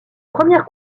première